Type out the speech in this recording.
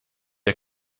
ihr